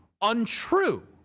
untrue